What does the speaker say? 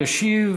ישיב